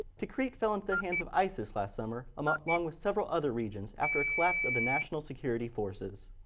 tikrit fell into the hands of isis last summer um ah along with several other regions after a collapse of the national security forces.